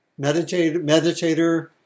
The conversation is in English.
meditator